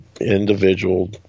individual